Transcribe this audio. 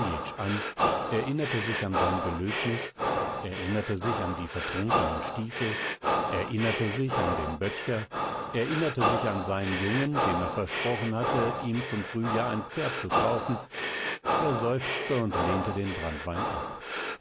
an erinnerte sich an sein gelöbnis erinnerte sich an die vertrunkenen stiefel erinnerte sich an den böttcher erinnerte sich an seinen jungen dem er versprochen hatte ihm zum frühjahr ein pferd zu kaufen er seufzte und lehnte den branntwein ab